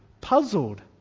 puzzled